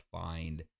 find